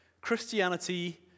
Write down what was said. Christianity